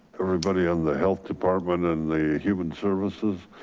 everybody on the health department and the human services.